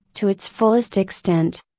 to its fullest extent.